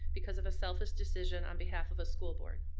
because of a selfish decision on behalf of a school board.